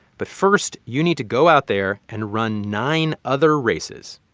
but first, you need to go out there and run nine other races.